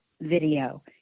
video